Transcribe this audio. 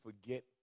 forget